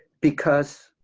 because